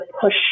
push